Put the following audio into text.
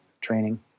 training